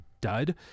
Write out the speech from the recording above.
dud